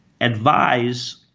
advise